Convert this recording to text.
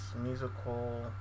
musical